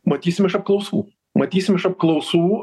matysim iš apklausų matysim iš apklausų